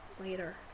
later